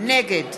נגד